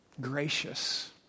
Gracious